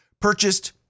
purchased